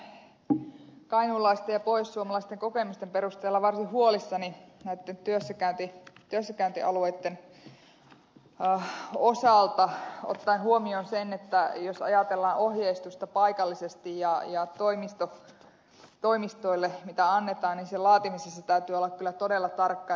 olen kainuulaisten ja pohjoissuomalaisten kokemusten perusteella varsin huolissani näitten työssäkäyntialueitten osalta ottaen huomioon sen että jos ajatellaan ohjeistusta paikallisesti ja toimistoille mitä annetaan niin sen laatimisessa täytyy olla kyllä todella tarkka